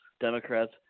Democrats